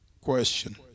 question